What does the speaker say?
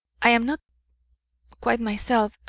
i am not quite myself.